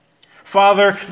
Father